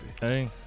Hey